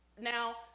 now